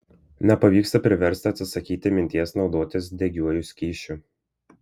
nepavyksta priversti atsisakyti minties naudotis degiuoju skysčiu